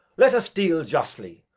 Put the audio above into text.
let us deal justly.